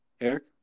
Eric